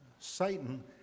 Satan